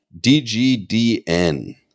DGDN